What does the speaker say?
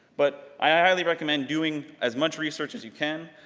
but i highly recommend doing as much research as you can,